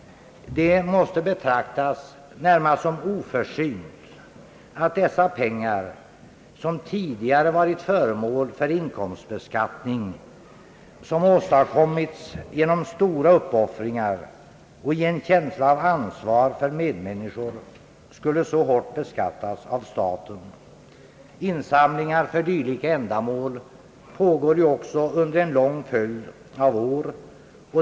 Det måste betraktas närmast som oförsynt att dessa pengar, som tidigare varit föremål för inkomstbeskattning och som åstadkommits genom stora uppoffringar och i en känsla av ansvar för medmänniskor, skulle så hårt beskattas av staten. Insamlingar för dylika ändamål pågår ju också under en lång följd av år.